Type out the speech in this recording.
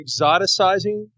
exoticizing